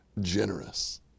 generous